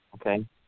okay